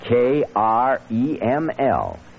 K-R-E-M-L